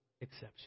exception